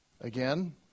again